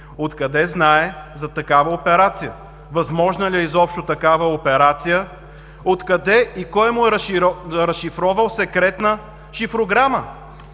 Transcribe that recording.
Откъде знае за такава операция? Възможна ли е изобщо такава операция? От къде и кой му е разшифровал секретна шифрограма?